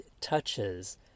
touches